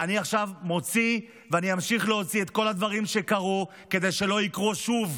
אני עכשיו מוציא ואני אמשיך להוציא את כל הדברים שקרו כדי שלא יקרו שוב.